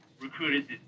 recruited